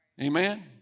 Amen